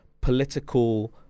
political